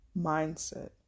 mindset